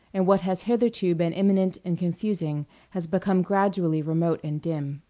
and what has hitherto been imminent and confusing has become gradually remote and dim.